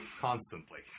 Constantly